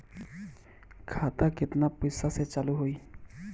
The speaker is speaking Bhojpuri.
खाता केतना पैसा से चालु होई?